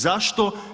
Zašto?